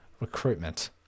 recruitment